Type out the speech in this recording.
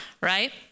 right